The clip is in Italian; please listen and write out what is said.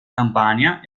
campania